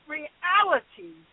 reality